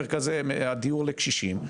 מרכזי הדיור לקשישים,